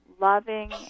loving